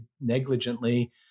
negligently